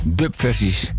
dubversies